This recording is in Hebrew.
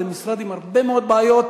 זה משרד עם הרבה מאוד בעיות,